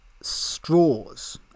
straws